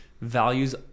values